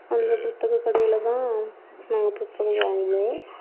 அந்த புத்தகக்கடையில் தான் நாங்கள் புத்தகம் வாங்குவோம்